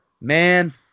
man